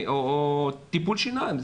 וטיפול שיניים.